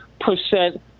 percent